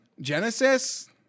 Genesis